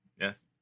Yes